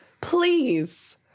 please